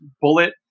bullet